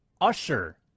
Usher